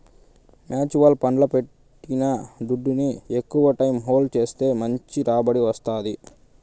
mutual ఫండ్లల్ల పెట్టిన దుడ్డుని ఎక్కవ టైం హోల్డ్ చేస్తే మంచి రాబడి వస్తాది